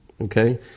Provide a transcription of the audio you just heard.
okay